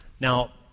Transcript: Now